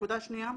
נקודה שניה,